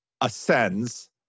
ascends